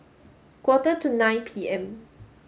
quarter to nine P M